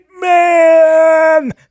man